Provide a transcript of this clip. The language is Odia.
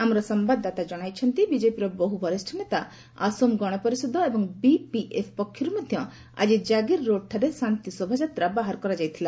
ଆମର ସମ୍ଭାଦଦାତା ଜଣାଇଛନ୍ତି ବିଜେପିର ବହୁ ବରିଷ୍ଠ ନେତା ଆସୋମ ଗଣପରିଷଦ ଏବଂ ବିପିଏଫ୍ ପକ୍ଷରୁ ମଧ୍ୟ ଆଜି ଜାଗିର ରୋଡ୍ରେ ଶାନ୍ତି ଶୋଭାଯାତ୍ରା ବାହାର କରାଯାଇଥିଲା